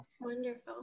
Wonderful